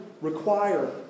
require